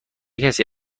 کسی